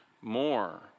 more